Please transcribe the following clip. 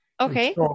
Okay